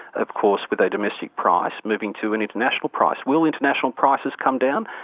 of course with a domestic price, moving to an international price. will international prices come down?